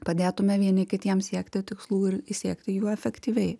padėtume vieni kitiem siekti tikslų ir siekti jų efektyviai